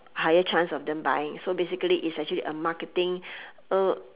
higher chance of them buying so basically is actually a marketing uh